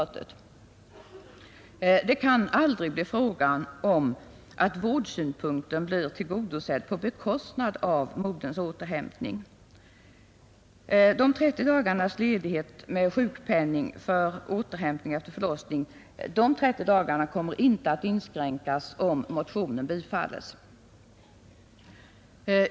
Det kan aldrig bli fråga om att vårdsynpunkten blir tillgodosedd på bekostnad av moderns återhämtning. De 30 dagarnas ledighet med sjukpenning för återhämtning efter förlossningen kommer inte att inskränkas om motionen bifalles.